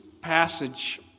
passage